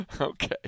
okay